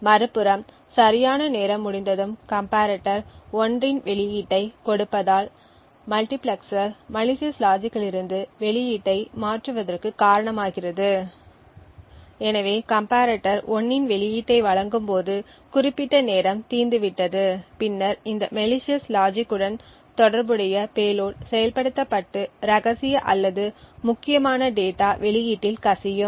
மறுபுறம் சரியான நேரம் முடிந்ததும் கம்பரேட்டர் 1 இன் வெளியீட்டைக் கொடுப்பதால் மல்டிபிளெக்சர் மலிசியஸ் லாஜிக்கிலிருந்து வெளியீட்டை மாற்றுவதற்கு காரணமாகிறது எனவே கம்பரேட்டர் 1 இன் வெளியீட்டை வழங்கும்போது குறிப்பிட்ட நேரம் தீர்ந்துவிட்டது பின்னர் இந்த மலிசியஸ் லாஜிக் உடன் தொடர்புடைய பேலோட் செயல்படுத்தப்பட்டு ரகசிய அல்லது முக்கியமான டேட்டா வெளியீட்டில் கசியும்